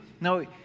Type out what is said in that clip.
No